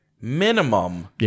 minimum